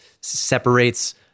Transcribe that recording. separates